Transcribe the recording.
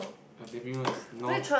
the teh-bing one is not